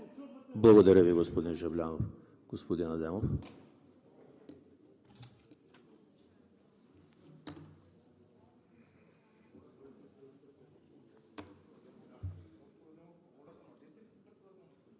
Благодаря Ви, господин Жаблянов. Господин Адемов.